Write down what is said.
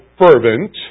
fervent